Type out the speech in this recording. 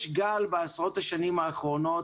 יש גל, בעשרות השנים האחרונות